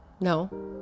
no